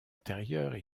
antérieures